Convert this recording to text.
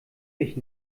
mich